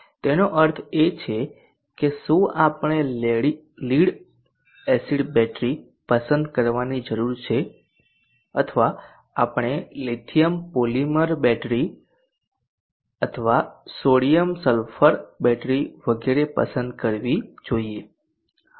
તેનો અર્થ એ છે કે શું આપણે લીડ એસિડ બેટરી પસંદ કરવાની જરૂર છે અથવા આપણે લિથિયમ પોલિમર બેટરી અથવા સોડિયમ સલ્ફર બેટરી વગેરે પસંદ કરવી જોઈએ